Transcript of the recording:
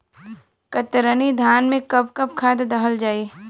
कतरनी धान में कब कब खाद दहल जाई?